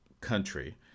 country